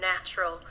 natural